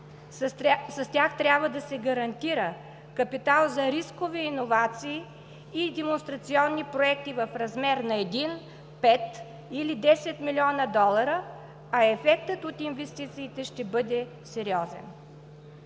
С тях трябва да се гарантира капитал за рискови иновации и демонстрационни проекти в размер на 1, 5 или 10 млн. долара, а ефектът от инвестициите ще бъде сериозен.